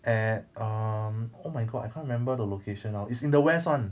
at um oh my god I can't remember the location now it's in the west [one]